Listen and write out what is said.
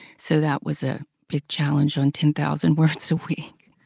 so that was a big challenge on ten thousand words a week.